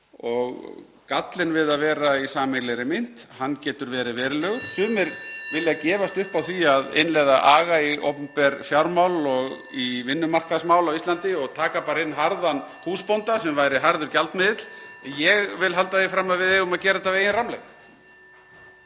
Gallinn við að vera í sameiginlegri mynt getur verið verulegur. Sumir vilja gefast upp á því að innleiða aga í opinber fjármál og í vinnumarkaðsmál á Íslandi og taka bara inn harðan húsbónda sem væri harður gjaldmiðill, en ég vil halda því fram að við eigum að gera þetta af eigin rammleik.